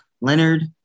Leonard